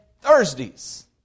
Thursdays